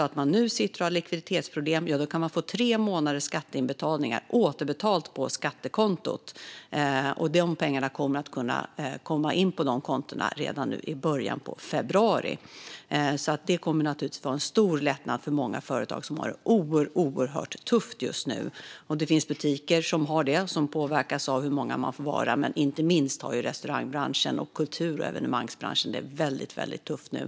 Om man har likviditetsproblem nu kan man få tre månaders skatteinbetalningar återbetalda på skattekontot. De pengarna kommer att kunna komma in på kontona redan nu i början av februari. Detta kommer naturligtvis att vara en stor lättnad för många företag som har det oerhört tufft just nu. Det finns butiker som har det tufft då de påverkas av hur många man får vara där, men inte minst restaurangbranschen och kulturevenemangsbranschen har det väldigt tufft nu.